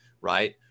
right